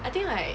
I think like